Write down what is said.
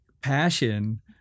passion